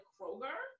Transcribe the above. Kroger